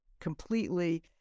completely